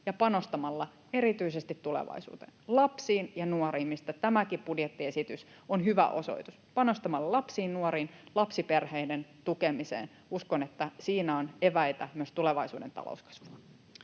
ja panostamalla erityisesti tulevaisuuteen, lapsiin ja nuoriin, mistä tämäkin budjettiesitys on hyvä osoitus — panostamalla lapsiin, nuoriin, lapsiperheiden tukemiseen. Uskon, että siinä on eväitä myös tulevaisuuden talouskasvuun.